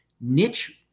niche